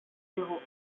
zéro